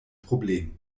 problem